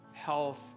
health